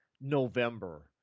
November